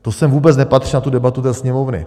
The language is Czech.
To sem vůbec nepatří, na tu debatu do Sněmovny.